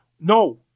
no